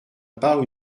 part